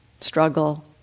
struggle